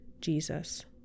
Jesus